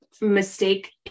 mistake